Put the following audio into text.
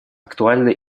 актуальна